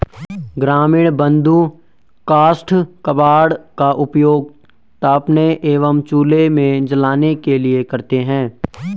ग्रामीण बंधु काष्ठ कबाड़ का उपयोग तापने एवं चूल्हे में जलाने के लिए करते हैं